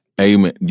Amen